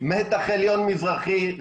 מתח עליון מזרחי,